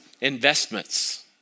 investments